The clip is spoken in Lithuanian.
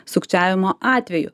sukčiavimo atvejų